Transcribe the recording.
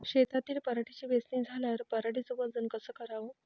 शेतातील पराटीची वेचनी झाल्यावर पराटीचं वजन कस कराव?